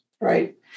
right